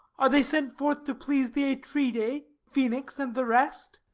are they set forth to please the atridae, phoenix and the rest?